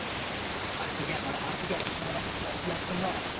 i forget my i forget my left what's left and right.